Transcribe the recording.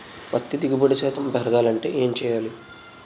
పత్తి దిగుబడి శాతం పెరగాలంటే ఏంటి చేయాలి?